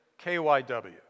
KYW